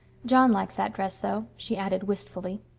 john likes that dress, though, she added wistfully.